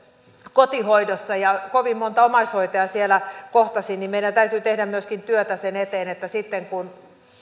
kotihoidossa ja kovin monta omaishoitajaa siellä kohtasin että meidän täytyy tehdä myöskin työtä sen eteen että sitten kun